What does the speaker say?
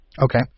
Okay